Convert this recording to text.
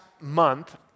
month